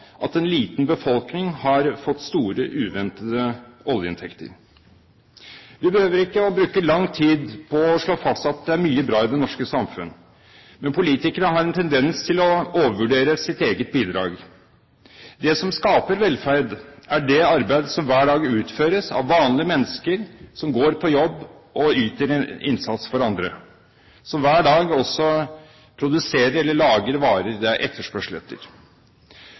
at en liten befolkning har fått store uventede oljeinntekter. Vi behøver ikke å bruke lang tid på å slå fast at det er mye bra i det norske samfunn. Men politikere har en tendens til å overvurdere sitt eget bidrag. Det som skaper velferd, er det arbeid som hver dag utføres av vanlige mennesker som går på jobb og yter en innsats for andre, og som hver dag også produserer varer det er